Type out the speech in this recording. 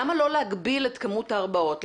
למה לא להגביל את כמות ההרבעות?